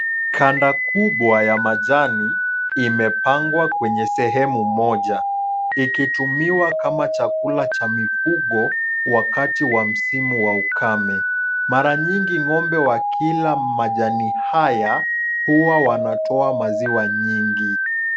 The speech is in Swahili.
Kanda kubwa ya majani imepangwa kwenye sehemu moja ikitumiwa kama chakula cha mifugo wakati wa msimu wa ukame. Mara nyingi ng'ombe wakila majani haya huwa wanatoa maziwa nyingi.